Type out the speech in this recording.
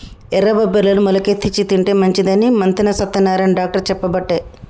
ఎర్ర బబ్బెర్లను మొలికెత్తిచ్చి తింటే మంచిదని మంతెన సత్యనారాయణ డాక్టర్ చెప్పబట్టే